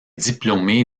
diplômé